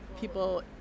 people